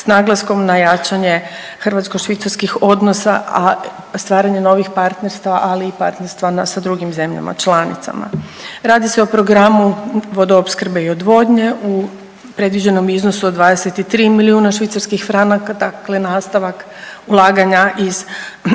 s naglaskom na jačanje hrvatsko švicarskih odnosa, a stvaranje novih partnerstva, ali i partnerstva sa drugim zemljama članicama. Radi se o programu vodoopskrbe i odvodnje u predviđenom iznosu od 23 milijuna švicarskih franaka dakle nastavak ulaganja iz Prvog